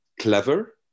clever